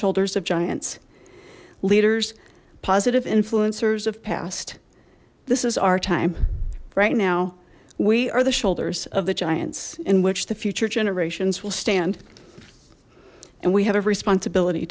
shoulders of giants leaders positive influencers have passed this is our time right now we are the shoulders of the giants in which the future generations will stand and we have a responsibility